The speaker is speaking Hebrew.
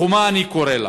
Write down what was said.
"חומה" אני קורא לה